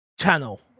channel